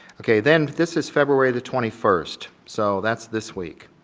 okay, then this is february the twenty first, so that's this week.